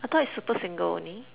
I thought is super single only